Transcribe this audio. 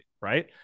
Right